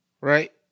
Right